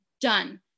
done